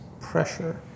pressure